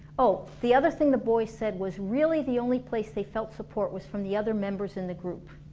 oh, the other thing the boys said was really the only place they felt support was from the other members in the group